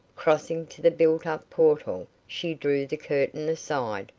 crossing to the built-up portal, she drew the curtain aside,